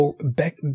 back